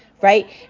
right